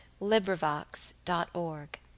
LibriVox.org